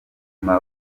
tuma